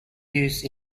used